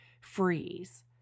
freeze